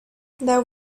that